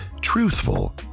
truthful